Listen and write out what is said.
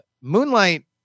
Moonlight